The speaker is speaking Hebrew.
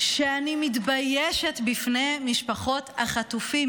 שאני מתביישת בפני משפחות החטופים,